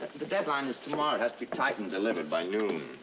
the deadline is tomorrow. it has to be typed and delivered by noon.